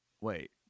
wait